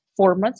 formats